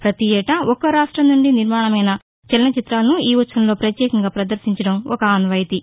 ప్రతి ఏటా ఒక్కో రాష్టం నుండి నిర్మాణమైన చలన చిత్రాలను ఈ ఉత్సవంలో పత్యేకంగా ప్రదర్శించడం ఒక ఆనవాయితీ